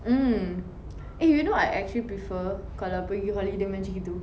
mm eh you know I actually prefer kalau pergi holiday macam gitu